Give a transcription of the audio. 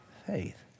faith